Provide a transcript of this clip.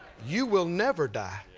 you will never die.